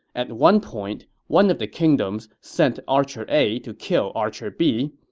at one point, one of the kingdoms sent archer a to kill archer b.